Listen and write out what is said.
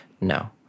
No